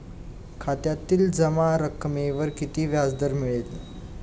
खात्यातील जमा रकमेवर किती व्याजदर मिळेल?